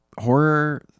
horror